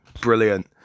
brilliant